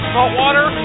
Saltwater